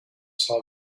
saw